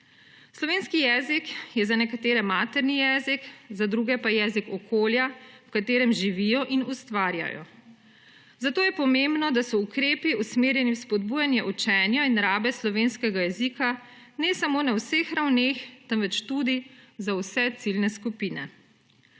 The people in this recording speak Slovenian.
Slovenski jezik je za nekatere materni jezik, za druge pa jezik okolja, v katerem živijo in ustvarjajo. Zato je pomembno, da so ukrepi usmerjeni v spodbujanje učenja in rabe slovenskega jezika, ne samo na vseh ravneh temveč tudi za vse ciljne skupine.